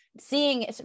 seeing